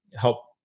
help